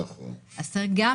אנחנו צריכים